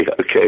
Okay